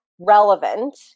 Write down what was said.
relevant